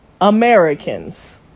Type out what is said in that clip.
Americans